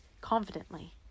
confidently